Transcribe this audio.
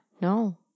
No